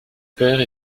père